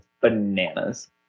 bananas